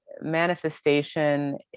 manifestation